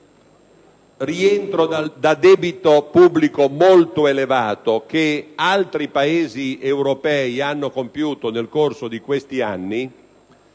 rientro da un debito pubblico molto elevato, che altri Paesi europei hanno compiuto nel corso di questi anni,